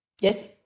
Yes